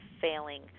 failing